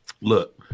look